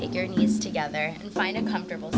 take your knees together and find a comfortable